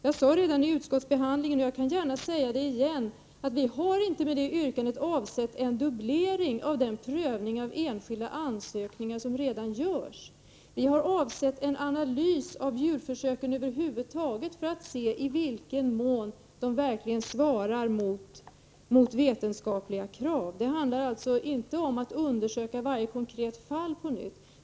Jag sade vid utskottsbehandlingen, och jag skall gärna säga det igen, att vi inte med vårt yrkande avsett en dubblering av den prövning av enskilda ansökningar som redan nu görs. Vi avser en analys av djurförsöken över huvud taget för att se i vilken mån de verkligen svarar mot vetenskapliga krav. Det handlar alltså inte om att undersöka varje konkret fall på nytt.